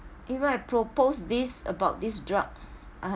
even I propose this about this drug uh